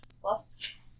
Plus